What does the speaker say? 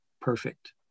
perfect